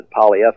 polyethylene